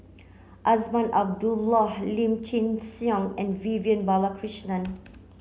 Azman Abdullah Lim Chin Siong and Vivian Balakrishnan